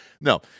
No